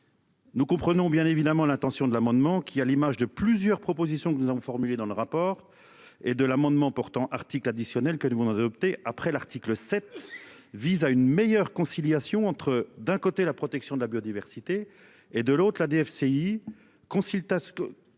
Nous comprenons bien évidemment l'intention de l'amendement qui à l'image de plusieurs propositions que nous avons formulées dans le rapport. Et de l'amendement portant article additionnel que du monde adopter après l'article sept vise à une meilleure conciliation entre d'un côté la protection de la biodiversité et de l'autre la DFCI consultation.